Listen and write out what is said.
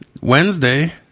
Wednesday